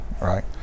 right